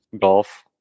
golf